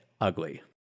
ugly